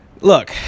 Look